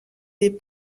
des